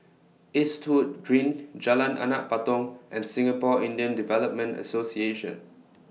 Eastwood Green Jalan Anak Patong and Singapore Indian Development Association